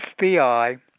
FBI